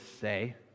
say